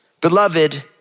Beloved